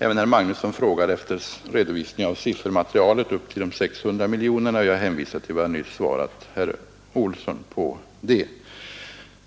Även herr Magnusson frågar om redovisning av det material som ligger till grund för siffran 600 miljoner kronor, och jag hänvisar till vad jag nyss svarat herr Olsson beträffande det.